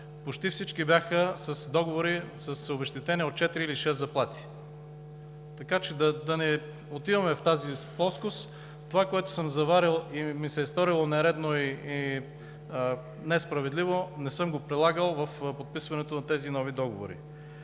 почти всички бяха с договори, с обезщетения от четири или шест заплати. Да не отиваме в тази плоскост. Това, което съм заварил и ми се е сторило нередно и несправедливо, не съм го прилагал в подписването на тези нови договори.